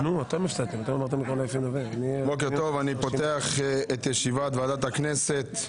אני פותח את ישיבת ועדת הכנסת.